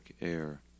air